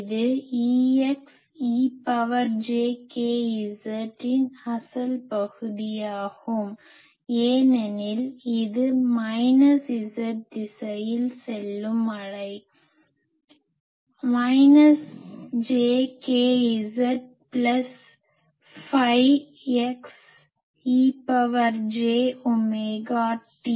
இது Ex e power j k z இன் அசல் பகுதியாகும் ஏனெனில் இது மைனஸ் z திசையில் செல்லும் அலை minus j k z plus phi x e power j omega t